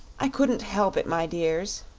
i couldn't help it, my dears,